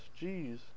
jeez